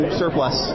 surplus